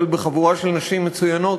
אבל בחבורה של נשים מצוינות,